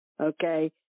okay